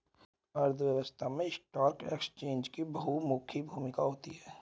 अर्थव्यवस्था में stock exchange की बहुमुखी भूमिका होती है